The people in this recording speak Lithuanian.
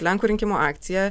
lenkų rinkimų akcija